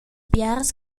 biars